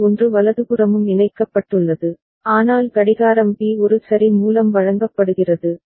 JB 1 வலதுபுறமும் இணைக்கப்பட்டுள்ளது ஆனால் கடிகாரம் B ஒரு சரி மூலம் வழங்கப்படுகிறது